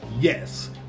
Yes